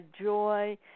joy